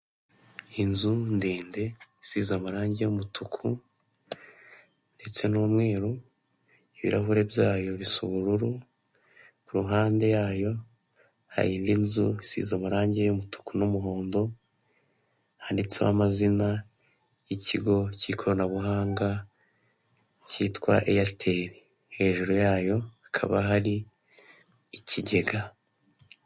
Inzu ndende isize amarangi y'umutuku ndetse n'umweru, ibirahure byayo bisa ubururu. Ku ruhande yayo hari indi nzu isize amarange y'umutuku n'umuhondo handitseho amazina y'ikigo cy'ikoranabuhanga cyitwa eyateri, hejuru yayo hakaba hari ikigega.